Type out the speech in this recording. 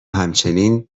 همچنین